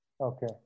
Okay